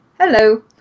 hello